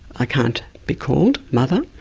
i can't be called mother.